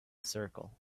circle